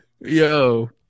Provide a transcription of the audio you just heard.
yo